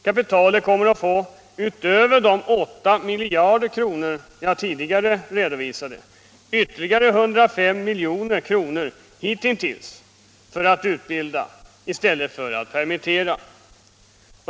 Kapitalet kommer att få, utöver de 8 miljarder jag tidigare redovisade, ytterligare 105 milj.kr. hitintills för att utbilda i stället för att permittera.